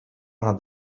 nad